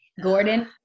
Gordon